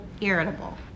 Irritable